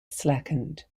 slackened